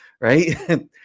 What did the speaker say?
right